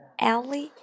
ally